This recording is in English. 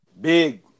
Big